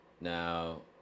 Now